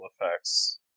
effects